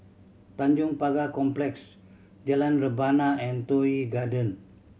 Tanjong Pagar Complex Jalan Rebana and Toh Yi Garden